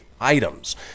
items